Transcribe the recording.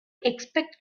expect